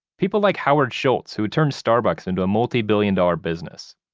people like howard schultz who had turned starbucks into a multi-billion dollar business.